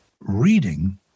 reading